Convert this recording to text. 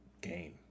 game